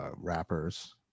rappers